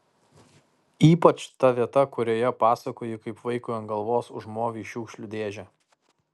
ypač ta vieta kurioje pasakoji kaip vaikui ant galvos užmovei šiukšlių dėžę